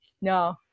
no